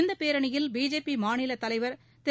இந்தப் பேரணியில் பிஜேபி மாநில தலைவர் திரு